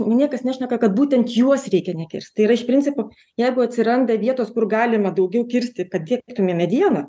niekas nešneka kad būtent juos reikia nekirsti tai yra iš principo jeigu atsiranda vietos kur galima daugiau kirsti kad tiektume medieną